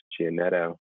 Gianetto